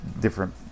different